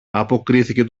αποκρίθηκε